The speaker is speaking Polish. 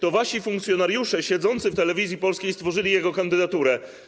To wasi funkcjonariusze siedzący w Telewizji Polskiej stworzyli jego kandydaturę.